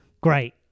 great